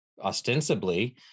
ostensibly